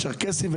צ'רקסים,